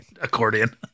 Accordion